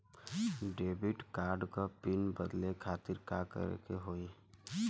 Debit card क PIN बदले खातिर का करेके होई?